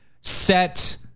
set